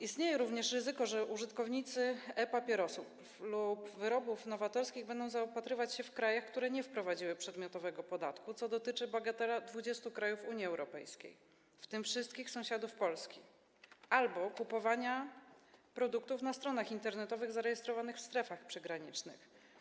Istnieje również ryzyko, że użytkownicy e-papierosów lub wyrobów nowatorskich będą zaopatrywać się w krajach, które nie wprowadziły przedmiotowego podatku, co dotyczy, bagatela, 20 krajów Unii Europejskiej, w tym wszystkich sąsiadów Polski, albo ryzyko kupowania produktów na stronach internetowych zarejestrowanych w strefach przygranicznych.